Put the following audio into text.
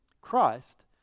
Christ